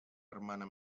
hermana